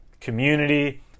community